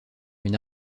une